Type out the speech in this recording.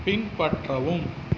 பின்பற்றவும்